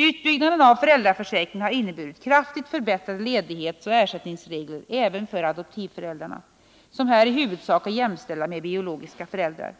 Utbyggnaden av föräldraförsäkringen har inneburit kraftigt förbättrade ledighetsoch ersättningsregler även för adoptivföräldrarna, som här i huvudsak är jämställda med biologiska föräldrar.